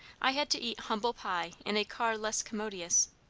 i had to eat humble-pie in a car less commodious.